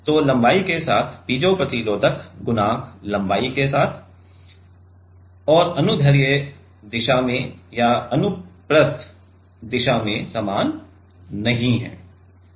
तो लंबाई के साथ पीजो प्रतिरोधक गुणांक लंबाई के साथ और अनुदैर्ध्य दिशा में या अनुप्रस्थ दिशा में समान नहीं हैं